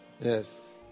Yes